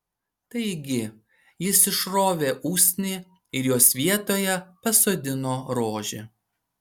taigi jis išrovė usnį ir jos vietoje pasodino rožę